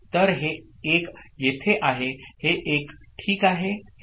तर हे 1 येथे आहे हे 1 ठीक आहे हे 0 आणि हे 0 आहे